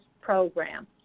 program